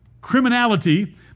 criminality